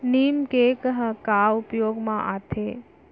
नीम cake ह का उपयोग मा आथे?